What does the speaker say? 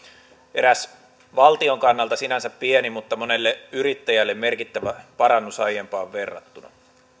eräs valtion kannalta sinänsä pieni mutta monelle yrittäjälle merkittävä parannus aiempaan verrattuna